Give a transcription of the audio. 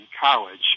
college